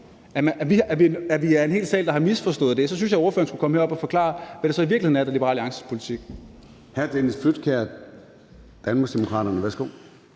vi er en hel sal, der har misforstået det, så synes jeg, at ordføreren skulle komme herop og forklare, hvad det så i virkeligheden er, der er Liberal Alliances politik.